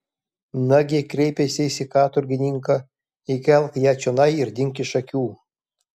nagi kreipėsi jis į katorgininką įkelk ją čionai ir dink iš akių